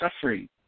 suffering